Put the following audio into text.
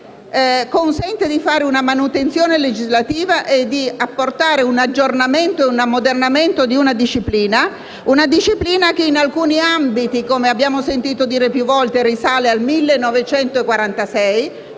consente di fare una manutenzione legislativa e apportare un aggiornamento e un ammodernamento a una disciplina che, in alcuni ambiti, come abbiamo sentito dire più volte, risale al 1946,